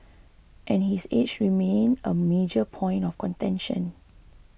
and his age remain a major point of contention